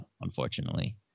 unfortunately